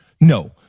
No